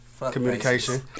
Communication